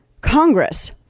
Congress